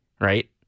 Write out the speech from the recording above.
right